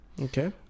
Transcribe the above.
Okay